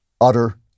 utter